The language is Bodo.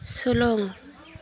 सोलों